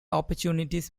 opportunities